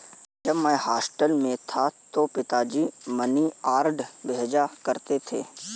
जब मैं हॉस्टल में था तो पिताजी मनीऑर्डर भेजा करते थे